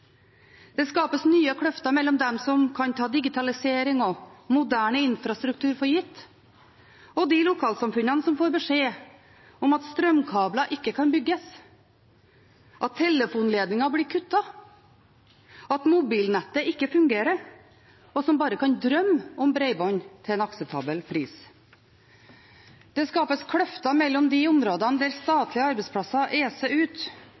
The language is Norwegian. Det skapes nye kløfter mellom dem som kan ta digitalisering og moderne infrastruktur for gitt, og de lokalsamfunnene som får beskjed om at strømkabler ikke kan bygges, at telefonledninger blir kuttet, at mobilnettet ikke fungerer, og som bare kan drømme om bredbånd til en akseptabel pris. Det skapes kløfter mellom de områdene der statlige arbeidsplasser eser ut,